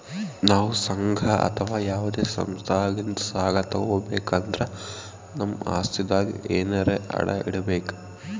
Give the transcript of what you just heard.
ನಾವ್ ಸಂಘ ಅಥವಾ ಯಾವದೇ ಸಂಸ್ಥಾಲಿಂತ್ ಸಾಲ ತಗೋಬೇಕ್ ಅಂದ್ರ ನಮ್ ಆಸ್ತಿದಾಗ್ ಎನರೆ ಅಡ ಇಡ್ಬೇಕ್